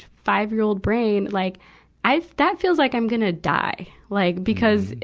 five-year-old brain, like i've, that feels like i'm gonna die. like because,